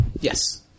Yes